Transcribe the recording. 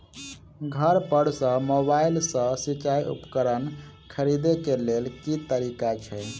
घर पर सऽ मोबाइल सऽ सिचाई उपकरण खरीदे केँ लेल केँ तरीका छैय?